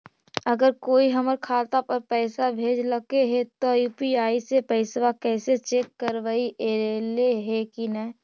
अगर कोइ हमर खाता पर पैसा भेजलके हे त यु.पी.आई से पैसबा कैसे चेक करबइ ऐले हे कि न?